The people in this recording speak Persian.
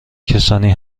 کسانی